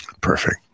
Perfect